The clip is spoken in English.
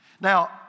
Now